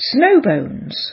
Snowbones